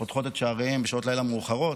פותחות את שעריהן בשעות לילה מאוחרות,